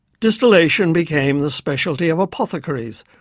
distillation became the specialty of apothecaries,